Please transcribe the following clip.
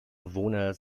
bewohner